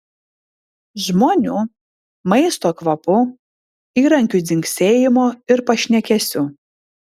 žmonių maisto kvapų įrankių dzingsėjimo ir pašnekesių